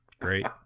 Great